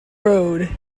road